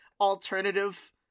alternative